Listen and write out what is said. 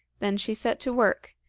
then she set to work,